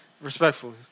Respectfully